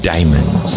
Diamonds